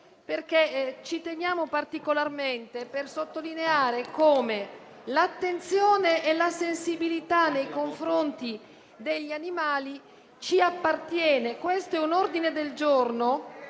teniamo particolarmente a sottolineare come l'attenzione e la sensibilità nei confronti degli animali ci appartiene. Questo è un ordine del giorno